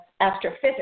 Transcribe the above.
astrophysics